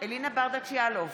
אלינה ברדץ' יאלוב,